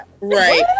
right